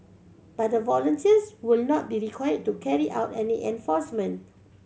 but the volunteers will not be required to carry out any enforcement